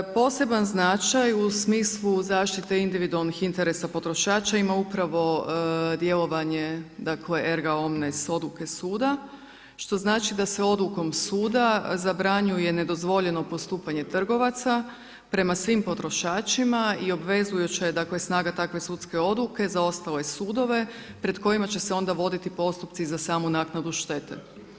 Poseban značaj u smislu zaštite individualnih interesa potrošača ima upravo djelovanje dakle ergaomne odluke suda što znači da se odlukom suda zabranjuje nedozvoljeno postupanje trgovaca prema svim potrošačima i obvezujuća je snaga takve sudske odluke za ostale sudove pred kojima će se onda voditi postupci za samu naknadu štete.